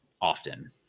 often